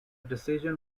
decision